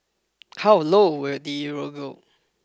how low will the Euro go